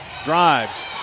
drives